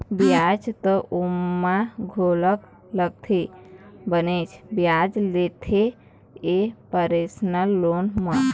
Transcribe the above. बियाज तो ओमा घलोक लगथे बनेच बियाज लेथे ये परसनल लोन म